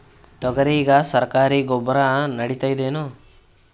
ತೊಗರಿಗ ಸರಕಾರಿ ಗೊಬ್ಬರ ನಡಿತೈದೇನು?